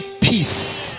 peace